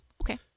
Okay